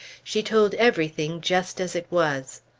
she told everything just as it was.